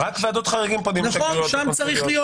שם צריך להיות